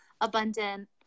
abundant